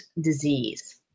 disease